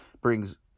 brings